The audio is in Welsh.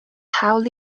hawl